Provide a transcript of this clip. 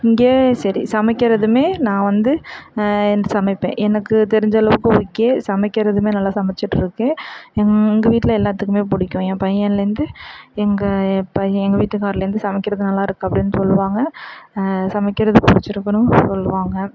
இங்கே சரி சமைக்கிறதுமே நான் வந்து ஏழுந்து சமைப்பேன் எனக்கு தெரிஞ்ச அளவுக்கு ஓகே சமைக்கிறதுமே நல்லா சமைத்திட்ருக்கேன் எங்கள் வீட்டில் எல்லாத்துக்குமே பிடிக்கும் என் பையன்லேருந்து எங்கள் என் பையன் எங்கள் வீட்டுகாரர்லேருந்து சமைக்கிறது நல்லா இருக்குது அப்படின்னு சொல்லுவாங்க சமைக்கிறது பிடிச்சிருக்குன்னும் சொல்லுவாங்க